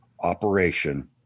operation